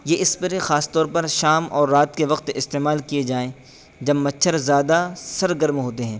یہ اسپرے خاص طور پر شام اور رات کے وقت استعمال کیے جائیں جب مچھر زیادہ سرگرم ہوتے ہیں